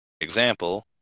example